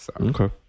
Okay